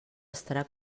estarà